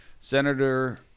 Senator